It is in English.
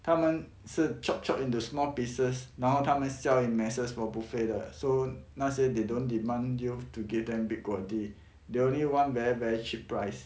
他们是 chop chop into small pieces 然后他们 sell in masses for buffet 的 so 那些 they don't demand you to give them big quality they only want very very cheap price